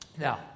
Now